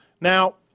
Now